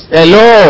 Hello